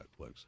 Netflix